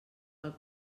pel